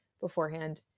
beforehand